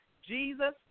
Jesus